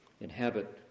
inhabit